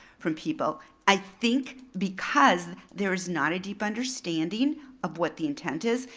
from people. i think because there's not a deep understanding of what the intent is.